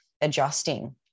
adjusting